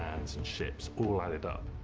and and ships all added up.